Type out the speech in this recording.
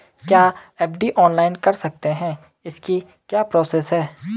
क्या FD online कर सकते हैं इसकी क्या प्रोसेस है?